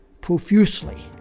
profusely